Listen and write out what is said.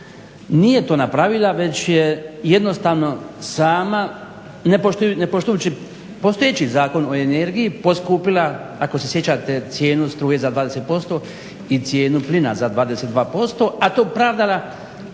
nije to napravila već je jednostavno sama, ne poštujući postojeći Zakon o energiji poskupila ako se sjećate cijenu struje za 20% i cijenu plina za 22%, a to pravdala